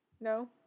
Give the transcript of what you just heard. No